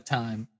time